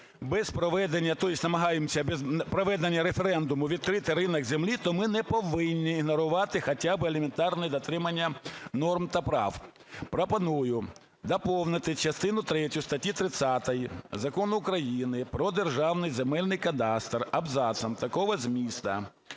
без проведення референдуму відкрити ринок землі, то ми не повинні ігнорувати хоча би елементарне дотримання норм та прав. Пропоную доповнити частину третю статі 30 Закону України "Про Державний земельний кадастр" абзацом такого змісту: